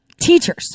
teachers